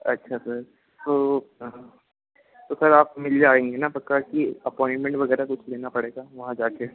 अच्छा सर तो हाँ तो सर आप मिल जाएँगे ना पक्का कि अपॉइनमेंट वग़ैरह कुछ लेना पड़ेगा वहाँ जाकर